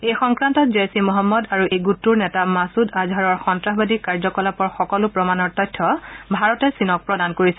এই সংক্ৰান্তত জেইছ্ ই মহম্মদ আৰু এই গোটটোৰ নেতা মাছুদ আজহাৰৰ সন্ত্ৰাসবাদী কাৰ্যকলাপৰ সকলো প্ৰমাণৰ তথ্য ভাৰতে চীনক প্ৰদান কৰিছে